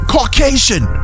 Caucasian